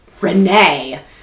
Renee